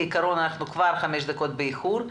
כעקרון אנחנו כבר חמש דקות באיחור.